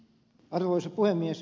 arvoisa puhemies